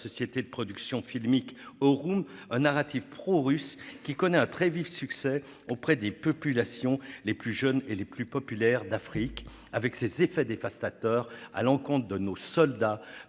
société de production de films Aurum, un narratif prorusse qui connaît un vif succès auprès des populations les plus jeunes et les plus populaires d'Afrique. Les effets à l'encontre de nos soldats,